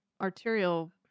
arterial